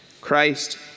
Christ